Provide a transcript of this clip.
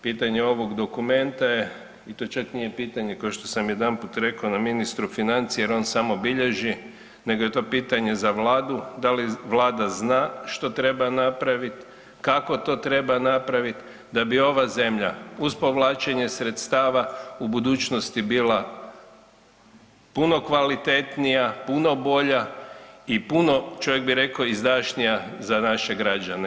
Pitanje ovog dokumenta je, i to čak nije pitanje košto sam jedanput reko na ministru financija jer on samo bilježi nego je to pitanje za vladu, da li vlada zna što treba napravit, kako to treba napravit da bi ova zemlja uz povlačenje sredstava u budućnosti bila puno kvalitetnija, puno bolja i puno, čovjek bi reko, izdašnija za naše građane.